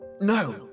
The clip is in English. No